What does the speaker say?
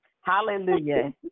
Hallelujah